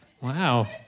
Wow